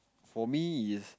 for me it's